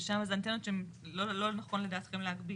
ושמה זה אנטנות שלא נכון לדעתכם להגביל.